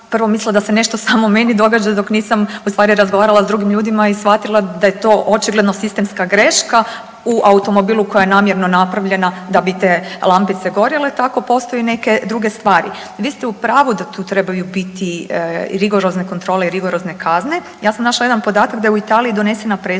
prvo mislila da se nešto samo meni događa, dok nisam ustvari razgovarala s drugim ljudima i shvatila da je to očigledno sistemska greška u automobilu koja je namjerno napravljena da bi te lampice gorjele, tako postoje i neke druge stvari. Vi ste u pravu da tu trebaju biti rigorozne kontrole i rigorozne kazne. Ja sam našla jedan podatak da je u Italiji donesena presuda